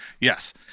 Yes